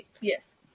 Yes